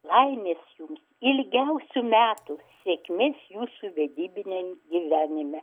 laimės jums ilgiausių metų sėkmės jūsų vedybiniam gyvenime